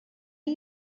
are